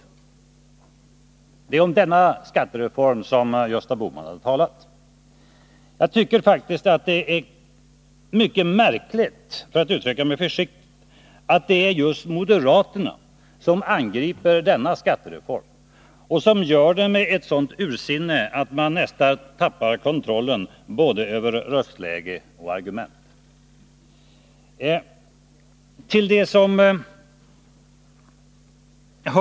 Det är om denna skattereform Gösta Bohman har talat. Jag tycker faktiskt att det är mycket märkligt, för att uttrycka mig försiktigt, att det är just moderaterna som angriper denna skattereform och gör det med ett sådant ursinne att de nästan tappar kontrollen över både röstläge och argument.